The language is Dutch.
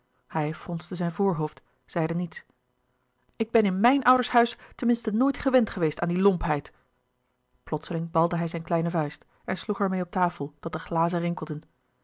hij fronste zijn voorhoofd zeide niets ik ben in mijn ouders huis ten minste nooit gewend geweest aan die lompheid plotseling balde hij zijn kleine vuist en sloeg er meê op tafel dat de glazen rinkelden